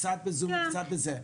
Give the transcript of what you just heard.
קצת ב-זום וקצת בזה.